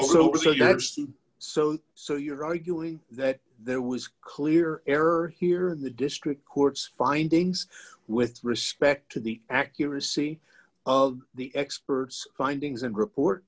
also so so you're arguing that there was clear error here in the district court's findings with respect to the accuracy of the experts findings and report